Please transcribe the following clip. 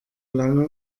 lange